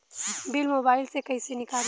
Bill mobile से कईसे निकाली?